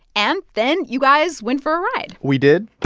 and then you guys went for a ride we did